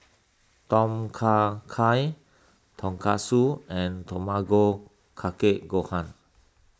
Tom Kha Gai Tonkatsu and Tamago Kake Gohan